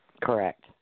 Correct